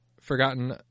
forgotten